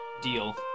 deal